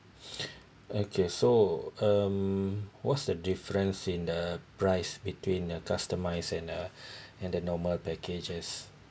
okay so um what's the difference in the price between the customised and a and a normal packages